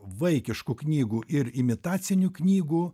vaikiškų knygų ir imitacinių knygų